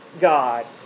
God